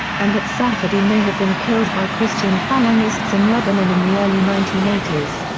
and that safady may have been killed by christian phalangists in lebanon in the early nineteen eighty s.